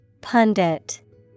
Pundit